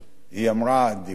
היא דיברה,